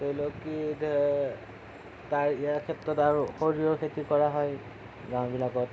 ধৰি লওঁক কি ইয়াৰ ইয়াৰ ক্ষেত্ৰত আৰু সৰিয়হ খেতি কৰা হয় গাওঁবিলাকত